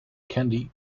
candy